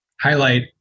highlight